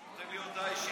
אתה נותן לי הודעה אישית?